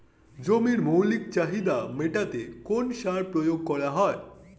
জমির মৌলিক চাহিদা মেটাতে কোন সার প্রয়োগ করা হয়?